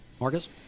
Marcus